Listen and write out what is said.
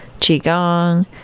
qigong